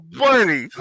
buddy